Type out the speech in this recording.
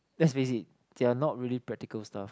lets face it they are not really practical stuff